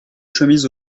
chemises